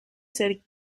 ser